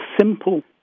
simple